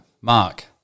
Mark